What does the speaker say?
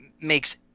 makes